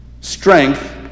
Strength